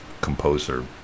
composer